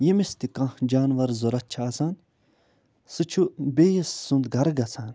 ییٚمِس تہِ کانٛہہ جانوَر ضوٚرَتھ چھِ آسان سُہ چھِ بیٚیِس سُنٛد گَرٕ گژھان